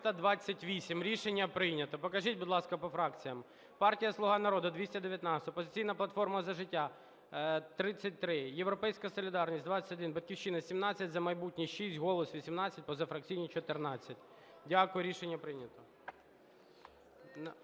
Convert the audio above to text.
Рішення прийнято. Покажіть, будь ласка, по фракціях. Партія "Слуга народу" – 219, "Опозиційна платформа - За життя" - 33, "Європейська солідарність" – 21, "Батьківщина" – 17, "За майбутнє" – 6, "Голос" – 18, позафракційні – 14. Дякую. Рішення прийнято.